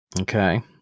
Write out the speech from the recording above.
Okay